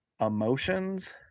emotions